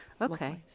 Okay